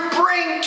bring